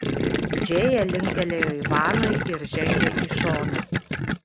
džėja linktelėjo ivanui ir žengė į šoną